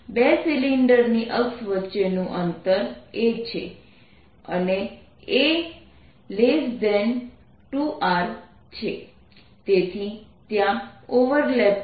2 સિલિન્ડરની અક્ષ વચ્ચે નું અંતર a છે અને a2r છે તેથી ત્યાં ઓવરલેપ છે